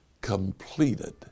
completed